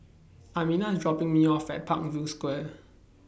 Amina IS dropping Me off At Parkview Square